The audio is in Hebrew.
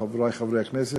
חברי חברי הכנסת,